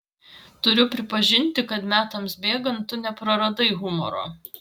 turiu pripažinti kad metams bėgant tu nepraradai humoro